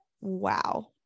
Wow